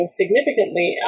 significantly